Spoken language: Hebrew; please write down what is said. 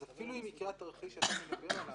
אז אפילו אם יקרה התרחיש שאדוני מדבר עליו,